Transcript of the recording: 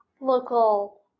local